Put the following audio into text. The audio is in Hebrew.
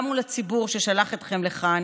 גם מול הציבור ששלח אתכם לכאן,